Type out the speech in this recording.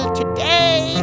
today